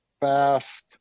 fast